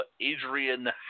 Adrian